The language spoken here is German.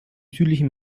südlichen